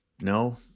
No